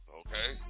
okay